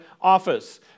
office